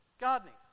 gardening